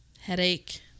Headache